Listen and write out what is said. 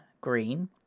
green